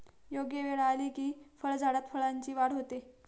योग्य वेळ आली की फळझाडात फळांची वाढ होते